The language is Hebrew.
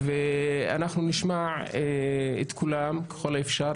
אנחנו נשמע את כולם ככל האפשר.